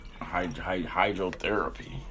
hydrotherapy